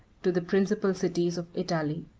to the principal cities of italy.